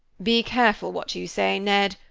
be careful what you say, ned,